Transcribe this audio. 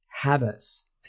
habits